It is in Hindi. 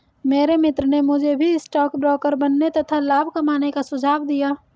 मेरे मित्र ने मुझे भी स्टॉक ब्रोकर बनने तथा लाभ कमाने का सुझाव दिया